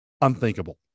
Unthinkable